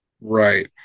right